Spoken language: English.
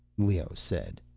leoh said.